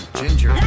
ginger